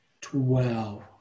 twelve